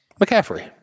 McCaffrey